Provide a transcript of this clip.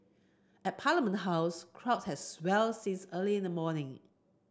at Parliament House crowds had swelled since early in the morning